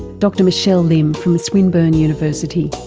dr michelle lim from swinburne university.